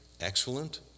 excellent